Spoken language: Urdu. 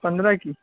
پندرہ کی